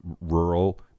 rural